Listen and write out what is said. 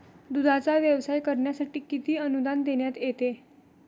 दूधाचा व्यवसाय करण्यासाठी किती अनुदान देण्यात येते?